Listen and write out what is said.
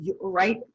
right